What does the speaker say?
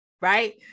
right